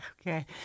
okay